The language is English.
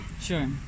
Sure